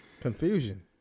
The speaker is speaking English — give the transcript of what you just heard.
confusion